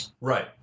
Right